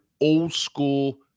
old-school